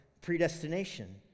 predestination